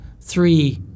three